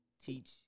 teach